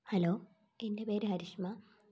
hello എൻ്റെ പേര് ഹരിഷ്മ